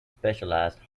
specialized